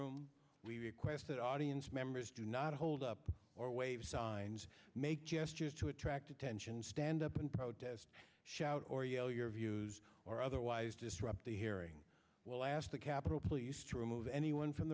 room we quested audience members do not hold up or wave signs make gestures to attract attention stand up and protest shout or yell your views or otherwise disrupt the hearing will ask the capitol police to remove anyone from